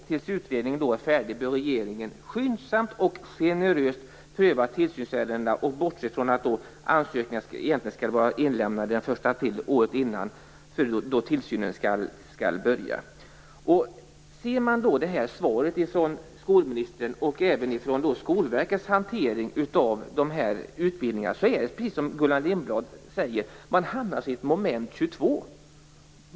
Tills utredningen är färdig bör regeringen skyndsamt och generöst pröva tillsynsärendena och bortse från att ansökningar egentligen skall vara inlämnade den 1 april året före det år då tillsynen skall börja." Ser man på svaret från skolministern och på Skolverkets hantering av utbildningarna är det precis som Gullan Lindblad säger: Man hamnar i ett moment 22.